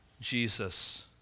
Jesus